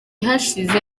hashize